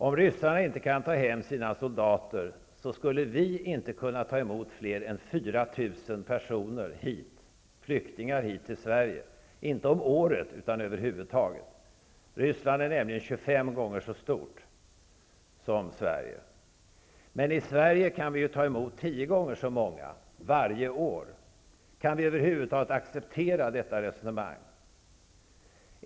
Om ryssarna inte kan ta hem sina soldater, skulle vi inte kunna ta emot fler än 4 000 flyktingar hit -- inte om året, utan över huvud taget. Ryssland är nämligen 25 gånger så stort som Sverige. I Sverige kan vi emellertid ta emot 10 gånger så många människor varje år. Kan vi över huvud taget acceptera detta resonemang?